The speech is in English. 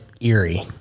eerie